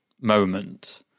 moment